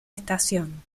estación